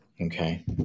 Okay